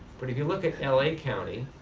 but if you look at l a. county,